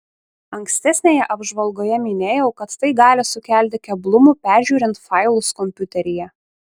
ankstesnėje apžvalgoje minėjau kad tai gali sukelti keblumų peržiūrint failus kompiuteryje